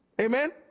Amen